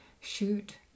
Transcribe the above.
shoot